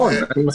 נכון, אני מסכים.